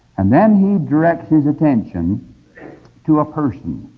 and then he directs his attention to a person.